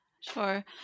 Sure